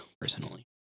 personally